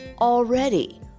already